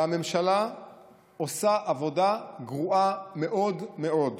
והממשלה עושה עבודה גרועה מאוד מאוד.